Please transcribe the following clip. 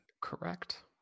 correct